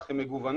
זה מגוון